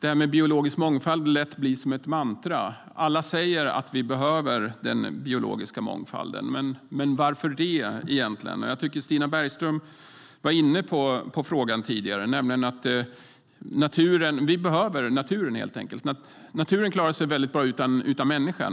blir biologisk mångfald lätt som ett mantra. Alla säger att vi behöver den biologiska mångfalden, men varför det egentligen? Stina Bergström var inne på det tidigare, nämligen att vi behöver naturen. Naturen klarar sig väldigt bra utan människan.